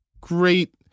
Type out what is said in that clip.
great